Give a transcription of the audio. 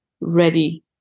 ready